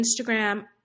Instagram